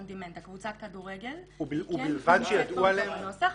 Demand קבוצת הכדורגל כן נמצאת פה בנוסח,